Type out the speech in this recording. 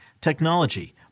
technology